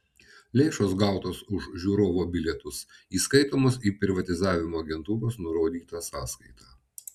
lėšos gautos už žiūrovo bilietus įskaitomos į privatizavimo agentūros nurodytą sąskaitą